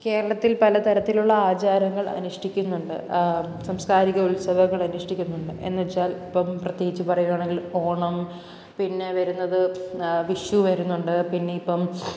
കേരളത്തില് പല തരത്തിലുള്ള ആചാരങ്ങള് അനുഷ്ഠിക്കുന്നുണ്ട് സംസ്കാരിക ഉത്സവങ്ങള് അനുഷ്ഠിക്കുന്നുണ്ട് എന്ന് വച്ചാല് ഇപ്പം പ്രത്യേകിച്ച് പറയുകയാണെങ്കില് ഓണം പിന്നെ വരുന്നത് വിഷു വരുന്നുണ്ട് പിന്നെയിപ്പം